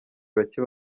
bake